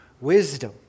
wisdom